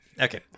okay